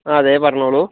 അതെ പറഞ്ഞോളൂ